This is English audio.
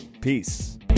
Peace